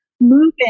moving